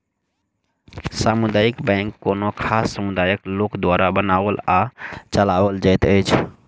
सामुदायिक बैंक कोनो खास समुदायक लोक द्वारा बनाओल आ चलाओल जाइत अछि